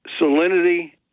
salinity